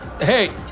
Hey